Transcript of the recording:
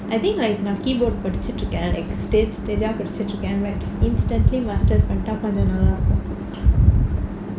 I think like நான்:naan keyboard படிச்சிட்டு இருக்கேன்:padichittu irukkaen like stage stage uh படிச்சிட்டு இருக்கேன்:padichittu irukkaen instantly master பண்ணிட்டா பண்ணலாம்:pannittaa pannalaam